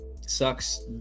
sucks –